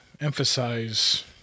emphasize